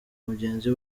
mugenzi